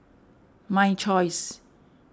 My Choice